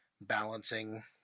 balancing